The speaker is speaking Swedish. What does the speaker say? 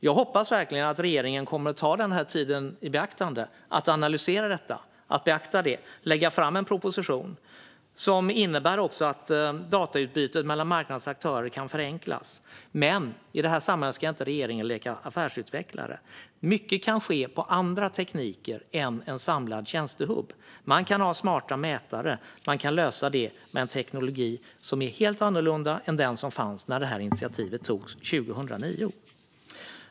Jag hoppas verkligen att regeringen tar detta i beaktande, analyserar det och lägger fram en proposition som innebär att datautbytet mellan marknadens aktörer kan förenklas. I detta sammanhang ska regeringen dock inte leka affärsutvecklare. Mycket kan ske med annan teknik än en samlad tjänstehubb. Man kan ha smarta mätare. Man kan lösa det med en teknologi som är helt annorlunda än den som fanns när detta initiativ togs 2009.